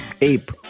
Ape